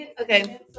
Okay